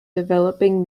developing